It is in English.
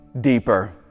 deeper